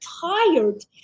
tired